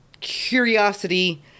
curiosity